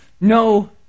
no